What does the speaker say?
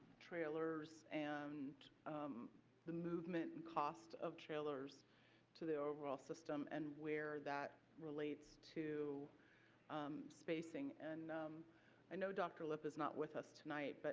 trailers and the movement and cost of trailers to the overall system and where that relates to um spacing. and um i know dr. lipp is not with us tonight, but